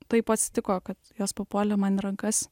taip atsitiko kad jos papuolė man į rankas